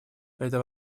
это